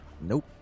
Nope